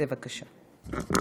בבקשה.